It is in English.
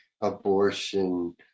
abortion